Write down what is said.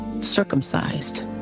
circumcised